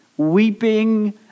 weeping